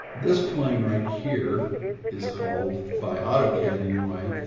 this plane right here is called by autocad anyway.